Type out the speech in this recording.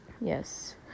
yes